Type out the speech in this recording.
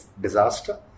disaster